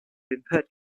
impaired